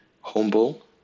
humble